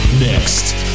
Next